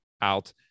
out